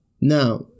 Now